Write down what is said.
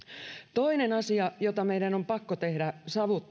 toinen asia jota meidän on pakko tehdä